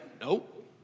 Nope